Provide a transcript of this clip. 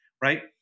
right